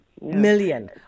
million